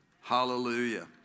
hallelujah